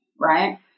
right